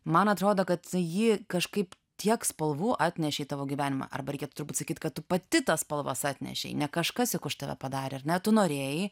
man atrodo kad ji kažkaip tiek spalvų atnešė į tavo gyvenimą arba reikėtų turbūt sakyti kad tu pati tas spalvas atnešei ne kažkas juk už tave padarė ar ne tu norėjai